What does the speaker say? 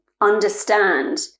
understand